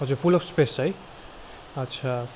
हजुर full of space छ है अच्छा